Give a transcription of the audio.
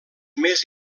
més